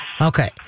Okay